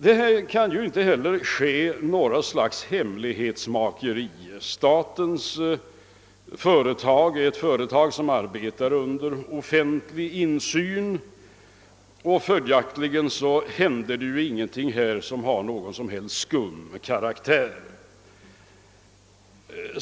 Det kan inte heller bli något hemlighetsmakeri, eftersom statens företag arbetar under offentlig insyn; följaktligen händer ingenting här som har någon skum karaktär.